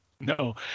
No